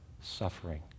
suffering